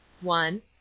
One